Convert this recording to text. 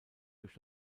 durch